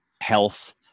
health